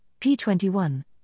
p21